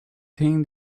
thing